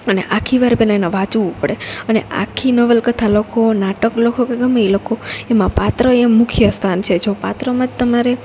અને આખી વાર પેલા એને વાંચવું પડે અને આખી નવલકથા લખો નાટકો લખો કે ગમે ઈ લખો એમાં પાત્ર એ મુખ્ય સ્થાન છે જો પાત્રમાં જ તમારે